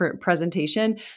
presentation